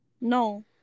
No